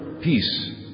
peace